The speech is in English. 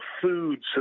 food